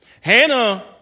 Hannah